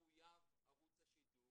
מחויב ערוץ השידור